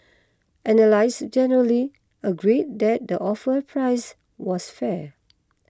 analysts generally agreed that the offer price was fair